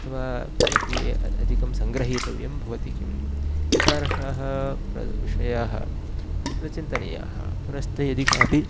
अथवा किमपि अधिकं सङ्ग्रहीतव्यं भवति किम् एतादृशाः प्र विषयाः तत्र चिन्तनीयाः पुनश्च यदि कापि